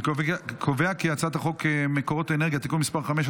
אני קובע כי הצעת חוק מקורות אנרגיה (תיקון מס' 5),